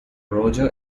roger